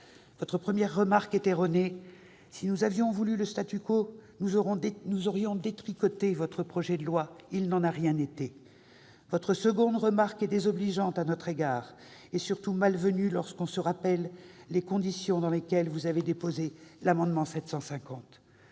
Votre première remarque est erronée : si nous avions voulu le, nous aurions détricoté votre projet de loi ; il n'en a rien été. Votre seconde remarque est désobligeante à notre égard, et surtout malvenue lorsqu'on se rappelle les conditions dans lesquelles vous avez déposé l'amendement n° 750.